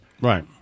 Right